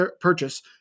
purchase